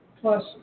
plus